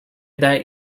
that